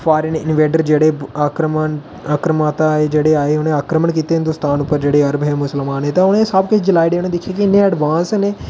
foreign invader जेह्ड़े आक्रमण आक्रमता जेह्ड़़े आए उ'नें आक्रमण कीते हिंदोस्तान पर जेह्ड़े अरब हे मुसलमान हे ते उ'नें सब किश जलाई ओड़े उ'नें दिक्खेआ कि इन्ने एडवांस न एह्